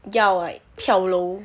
要 like 跳楼